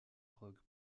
rock